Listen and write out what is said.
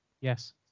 yes